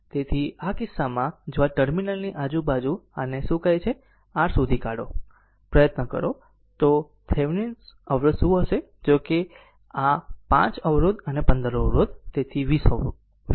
તેથી આ કિસ્સામાં જો આ 2 ટર્મિનલની આજુબાજુ r ને તે શું કહે છે તે r શોધી કા વાનો પ્રયત્ન કરો તો થેવેનિન અવરોધ શું હશે જો કે આ 5 Ω અને 15 Ω તેથી 20 Ω